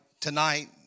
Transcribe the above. tonight